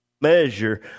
measure